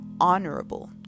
honorable